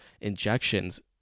injections